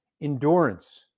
endurance